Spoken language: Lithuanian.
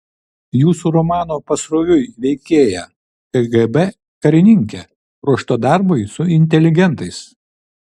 jūsų romano pasroviui veikėja kgb karininkė ruošta darbui su inteligentais